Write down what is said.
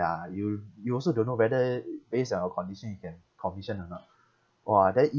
ya you you also don't know whether base on your condition you can commission or not !wah! then